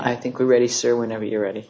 i think we ready say whenever you're ready